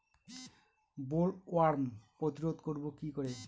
Bollworm প্রতিরোধ করব কি করে?